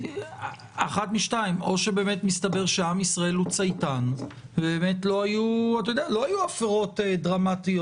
אחת משתיים: או שמסתבר שעם ישראל הוא צייתן ולא היו הפרות דרמטיות